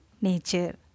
nature